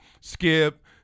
Skip